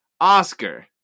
Oscar